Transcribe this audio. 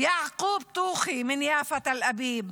יעקוב טוח'י מיפו תל אביב,